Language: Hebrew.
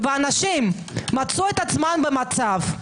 ואנשים מצאו את עצמם במצב,